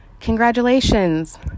congratulations